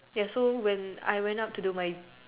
ya so when I went up to the my